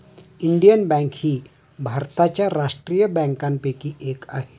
Indian bank ही भारताच्या राष्ट्रीय बँकांपैकी एक आहे